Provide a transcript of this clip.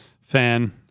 fan